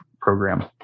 program